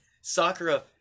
Sakura